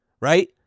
right